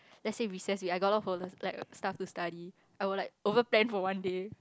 let's say recess week I got a lot of folders like stuff to study I will like over plan for one day